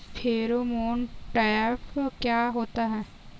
Pheromone trap क्या होता है?